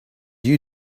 you